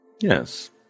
Yes